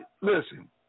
listen